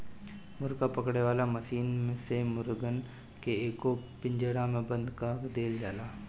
मुर्गा पकड़े वाला मशीन से मुर्गन के एगो पिंजड़ा में बंद कअ देवल जाला